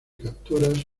capturas